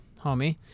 homie